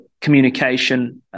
communication